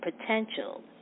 potential